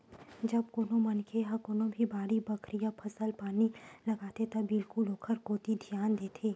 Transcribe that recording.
जब कोनो मनखे ह कोनो भी बाड़ी बखरी या फसल पानी लगाथे त बिल्कुल ओखर कोती धियान देथे